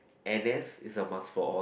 n_s is a must for all